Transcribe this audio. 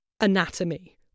anatomy